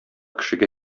кешегә